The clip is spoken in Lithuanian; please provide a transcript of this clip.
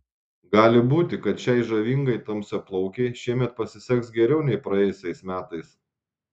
gali būti kad šiai žavingai tamsiaplaukei šiemet pasiseks geriau nei praėjusiais metais